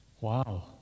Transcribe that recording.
Wow